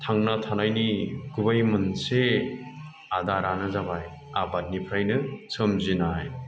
थांना थानायनि गुबै मोनसे आदारानो जाबाय आबादनिफ्रायनो सोमजिनाय